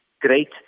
great